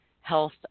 health